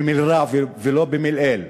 במלרע ולא במלעיל.